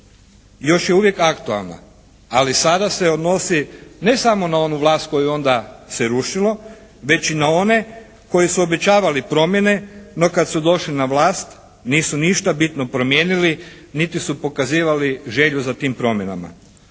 još je uvijek aktualna. Ali sada se odnosi ne samo na onu vlast koju onda se rušilo već i na one koji su obećavali promjene, no kad su došli na vlast nisu ništa bitno promijenili niti su pokazivali želju za tim promjenama,